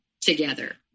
together